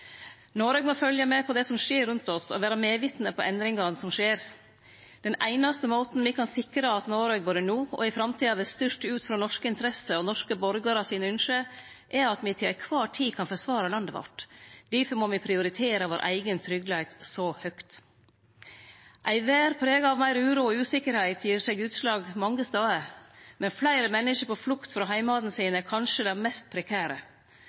må fylgje med på det som skjer rundt oss, og vere medvitne om endringane som skjer. Den einaste måten me kan sikre at Noreg, både no og i framtida, vert styrt ut frå norske interesser og norske borgarar sine ynske, er at me til kvar tid kan forsvare landet vårt. Difor må me prioritere vår eigen tryggleik så høgt. Ei verd prega av meir uro og usikkerheit gir utslag mange stader, men fleire menneske på flukt frå heimane sine er kanskje det mest prekære.